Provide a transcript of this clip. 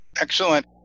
Excellent